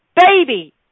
baby